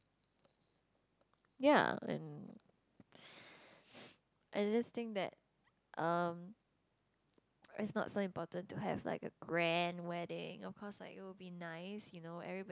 ya and I just think that um it's not so important to have like a grand wedding of course like it would be nice you know everybody